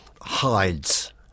hides